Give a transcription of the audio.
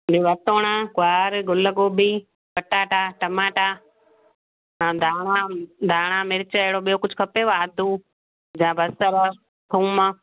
लिवाटण गुआर गुलु गोभी पटाटा टमाटा ऐं धाणा धाणा मिर्च अहिड़ो ॿियो कुझु खपेव आरतू या बसरि थूम